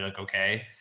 okay.